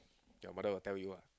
your mother got tell you ah